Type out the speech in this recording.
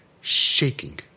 shaking